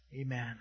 Amen